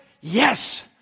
Yes